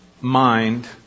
mind